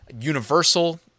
Universal